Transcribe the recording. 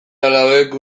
alabek